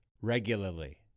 regularly